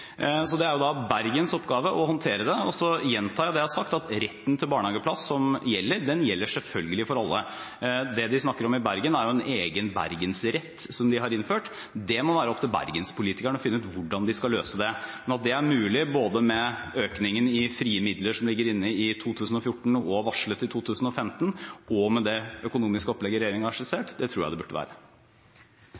er det Bergens oppgave å håndtere det. Jeg gjentar det jeg har sagt, at retten til barnehageplass som gjelder, gjelder selvfølgelig for alle. Det man snakker om i Bergen, er en egen Bergens-rett som de har innført. Det må være opp til Bergens-politikerne å finne ut hvordan de skal løse det. Både med økningen i frie midler som ligger inne i 2014, og som er varslet i 2015, og med det økonomiske opplegget regjeringen har